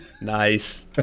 Nice